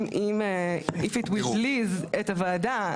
If it will please את הוועדה,